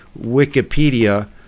Wikipedia